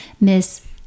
Miss